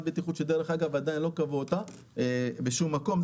בטיחות שעדיין לא קבעו אותה בשום מקום.